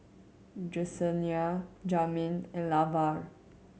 Jesenia Jamin and Lavar